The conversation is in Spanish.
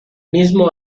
mismo